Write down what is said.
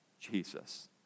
Jesus